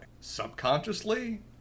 Subconsciously